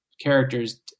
characters